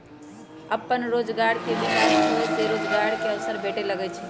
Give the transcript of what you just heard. अप्पन रोजगार के विकास होय से रोजगार के अवसर भेटे लगैइ छै